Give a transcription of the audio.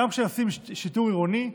גם כשעושים שיטור עירוני,